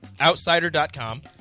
Outsider.com